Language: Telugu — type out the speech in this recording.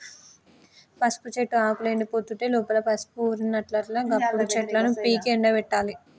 పసుపు చెట్టు ఆకులు ఎండిపోతుంటే లోపల పసుపు ఊరినట్లట గప్పుడు చెట్లను పీకి ఎండపెట్టాలి